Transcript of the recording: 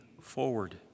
forward